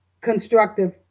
constructive